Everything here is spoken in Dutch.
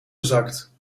gezakt